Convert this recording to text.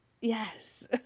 Yes